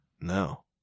No